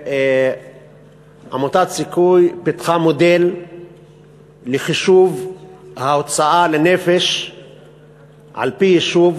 עמותת "סיכוי" פיתחה מודל לחישוב ההוצאה לנפש על-פי יישוב